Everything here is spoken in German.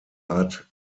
art